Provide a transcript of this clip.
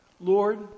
Lord